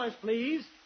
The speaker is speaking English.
please